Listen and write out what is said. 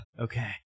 Okay